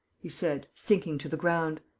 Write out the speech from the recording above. he said, sinking to the ground.